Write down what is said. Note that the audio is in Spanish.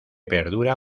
perdura